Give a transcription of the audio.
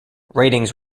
ratings